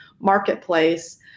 marketplace